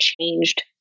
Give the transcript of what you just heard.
changed